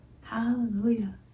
Hallelujah